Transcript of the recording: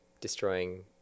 destroying